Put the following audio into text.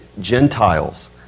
Gentiles